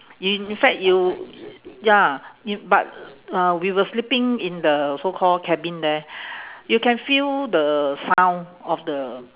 in fact you ya y~ but uh we were sleeping in the so call cabin there you can feel the sound of the